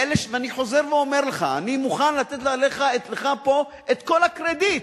ואני חוזר ואומר לך: אני מוכן לתת לך פה את כל הקרדיט,